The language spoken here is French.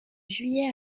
juillet